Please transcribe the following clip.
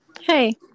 hey